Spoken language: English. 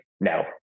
No